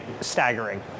staggering